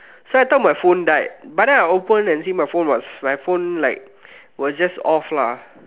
so I thought my phone died but then I open and see my phone was my phone like was just off lah